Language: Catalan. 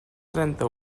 trenta